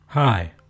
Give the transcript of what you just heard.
Hi